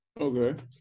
Okay